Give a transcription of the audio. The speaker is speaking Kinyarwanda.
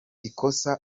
ikosa